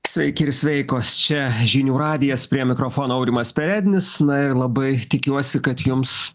sveiki ir sveikos čia žinių radijas prie mikrofono aurimas perednis na ir labai tikiuosi kad jums